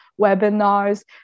webinars